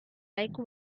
like